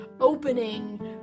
opening